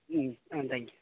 ம் ஆ thank you